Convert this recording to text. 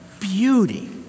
Beauty